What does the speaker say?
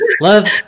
love